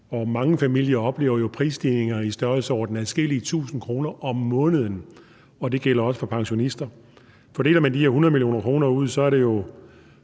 Mange familier oplever prisstigninger i størrelsesordenen adskillige tusinde kroner om måneden, og det gælder også for pensionister. Fordeler man de her 100 mio. kr., giver det